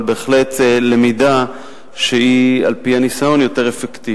אבל בהחלט למידה שהיא על-פי הניסיון יותר אפקטיבית.